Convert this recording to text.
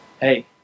hey